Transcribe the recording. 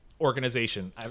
organization